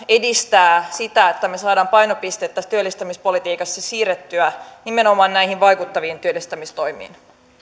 edistää sitä että me saamme painopisteen tässä työllistämispolitiikassa siirrettyä nimenomaan näihin vaikuttaviin työllistämistoimiin